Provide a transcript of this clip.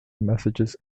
messages